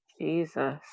Jesus